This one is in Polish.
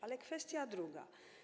Ale kwestia druga.